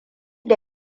da